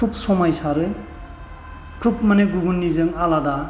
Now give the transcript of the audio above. खुब समायसारो खुब माने गुबुननिजों आलादा